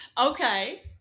Okay